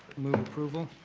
move approval.